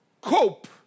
cope